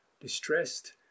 distressed